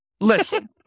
listen